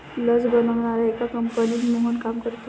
लस बनवणाऱ्या एका कंपनीत मोहन काम करतो